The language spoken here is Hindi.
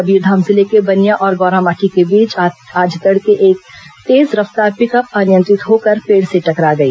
कबीरधाम जिले के बनिया और गौरामाटी के बीच आज तड़के एक तेज रफ्तार पिकअप अनियंत्रित होकर पेड़ से टकरा गई